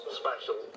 special